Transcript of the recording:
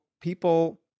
people